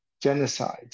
genocide